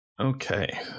Okay